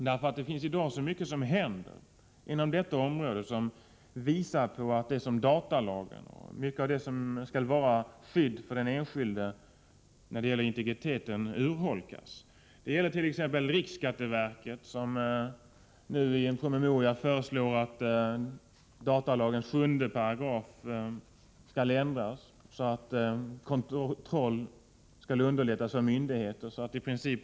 I dag finns det så mycket som händer inom detta område som visar att det som datalagen innehåller till skydd för den enskildes integritet urholkas. Det gäller t.ex. riksskatteverket, som nu i en promemoria föreslår att datalagens 7§ skall ändras så att kontroll underlättas för myndigheter.